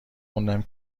خوندم